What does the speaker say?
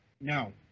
No